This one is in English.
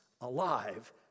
alive